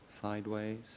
sideways